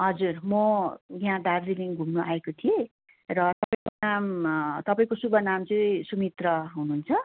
हजुर म यहाँ दार्जिलिङ घुम्न आएको थिएँ र तपाईँको नाम तपाईँको शुभ नाम चाहिँ सुमित्र हुनुहुन्छ